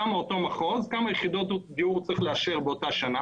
כמה אותו מחוז צריך לאשר באותה השנה,